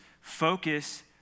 focus